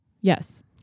Yes